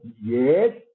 yes